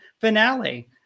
finale